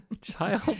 Child